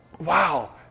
wow